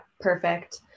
perfect